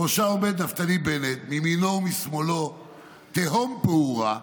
בראשה עומד נפתלי בנט, מימינו ומשמאלו תהום פעורה,